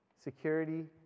security